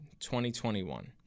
2021